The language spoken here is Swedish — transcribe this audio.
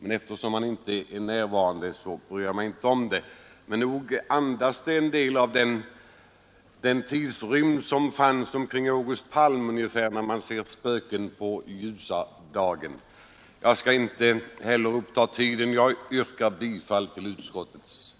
Eftersom denne inte är närvarande, bryr jag mig emellertid inte om att göra detta. Men nog för motionen i viss mån tankarna till August Palms tid, så som man i den ser spöken på ljusa dagen. Inte heller jag skall ytterligare uppta ledamöternas tid med detta ärende. Jag yrkar bifall till utskottets hemställan.